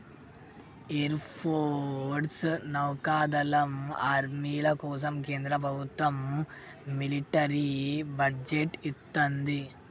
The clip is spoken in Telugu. ఎయిర్ ఫోర్స్, నౌకాదళం, ఆర్మీల కోసం కేంద్ర ప్రభత్వం మిలిటరీ బడ్జెట్ ఇత్తంది